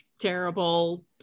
terrible